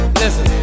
listen